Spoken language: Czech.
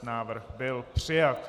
Návrh byl přijat.